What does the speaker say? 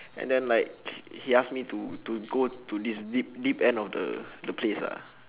and then like h~ he ask me to to go to this deep deep end of the the place lah